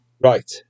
Right